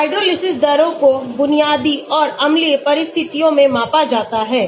hydrolysis दरों को basic और अम्लीय परिस्थितियों में मापा जाता है